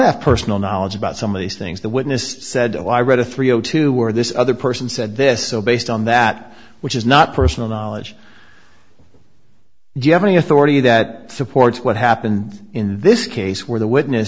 have personal knowledge about some of these things the witness said oh i read a three o two where this other person said this so based on that which is not personal knowledge do you have any authority that supports what happened in this case where the witness